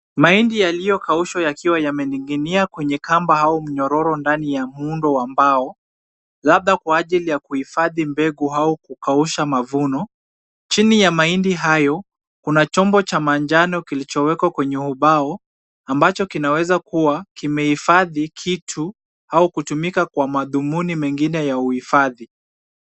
Mahindi yaliyokaushwa yakiwa yamening'inia kwenye kamba au mnyororo ndani ya muundo wa mbao labda kwa ajili ya kuhifadhi mbegu au kukausha mavuno. Chini ya mahindi hayo, kuna chombo cha manjano kilichowekwa kwenye ubao ambacho kinaweza kuwa kimehifadhi kitu au kutumika kwa madhumuni mengine ya uhifadhi.